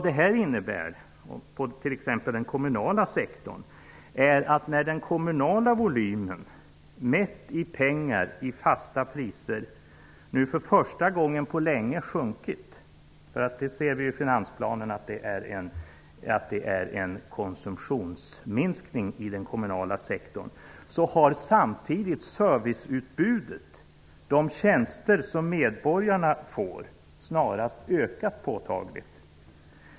Det innebär för t.ex. den kommunala sektorn att när den kommunala volymen mätt i pengar med fasta priser nu för första gången på länge sjunkit -- av finansplanen kan vi se att det är en konsumtionsminskning av den kommunala sektorn -- har serviceutbudet, dvs. de tjänster som medborgarna får, snarast ökat påtagligt.